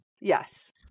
Yes